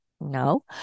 No